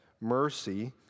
mercy